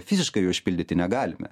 fiziškai jo išpildyti negalime